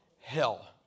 hell